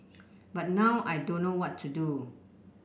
but now I don't know what to do